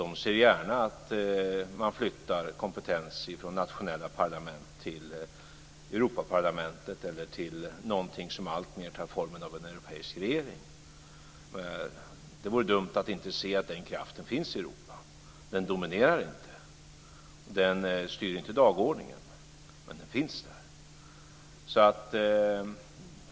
De ser gärna att man flyttar kompetens från nationella parlament till Europaparlamentet eller till någonting som alltmer tar formen av en europeisk regering. Det vore dumt att inte se den kraften. Den finns i Europa, den dominerar inte, den styr inte dagordningen men den finns där.